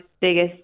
biggest